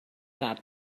cap